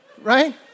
right